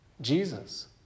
Jesus